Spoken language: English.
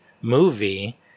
movie